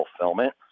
fulfillment